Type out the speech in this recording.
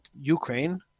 Ukraine